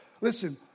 Listen